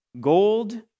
gold